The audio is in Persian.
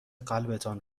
قلبتان